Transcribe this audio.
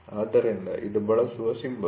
ಆದ್ದರಿಂದ ಇದು ಬಳಸುವ ಸಿಂಬಲ್